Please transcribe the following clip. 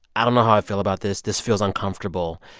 i don't know how i feel about this. this feels uncomfortable.